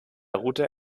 route